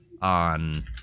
on